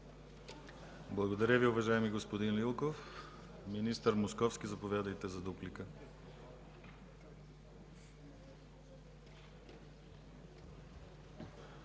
Благодаря Ви, уважаеми господин Хайтов. Министър Московски, заповядайте за отговор.